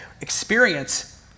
experience